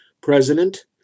President